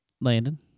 Landon